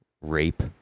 rape